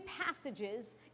passages